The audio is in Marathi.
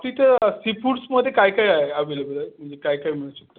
तिथं सी फूड्समध्ये काय काय आहे अॅवेलेबल म्हणजे काय काय मिळू शकतं